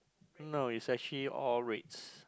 no is actually all reds